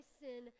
sin